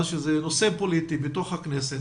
אם זה נושא פוליטי בתוך הכנסת,